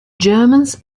germans